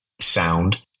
sound